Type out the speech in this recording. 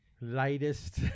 lightest